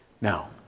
Now